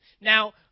Now